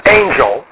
angel